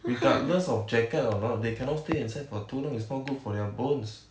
regardless of jacket or not they cannot stay inside for too long it's not good for their bones